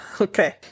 okay